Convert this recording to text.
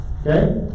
Okay